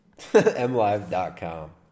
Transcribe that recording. MLive.com